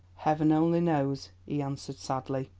heaven only knows! he answered sadly.